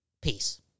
Peace